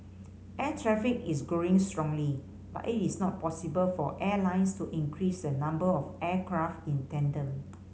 air traffic is growing strongly but it is not possible for airlines to increase the number of aircraft in tandem